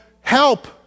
Help